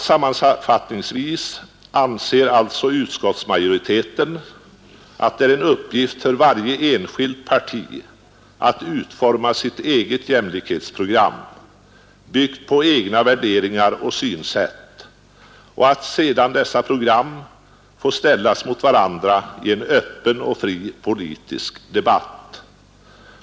Sammanfattningsvis anser alltså utskottsmajoriteten att det är en uppgift för varje enskilt parti att utforma sitt eget jämlikhetsprogram, byggt på egna värderingar och synsätt, och att dessa program sedan får ställas mot varandra i en öppen och fri politisk debatt.